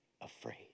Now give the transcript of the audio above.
afraid